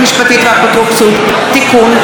חוק הכשרות המשפטית והאפוטרופסות (תיקון,